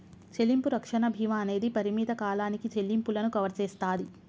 చెల్లింపు రక్షణ భీమా అనేది పరిమిత కాలానికి చెల్లింపులను కవర్ చేస్తాది